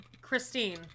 Christine